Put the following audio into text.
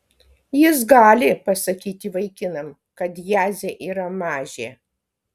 jis gali pasakyti vaikinam kad jadzė yra mažė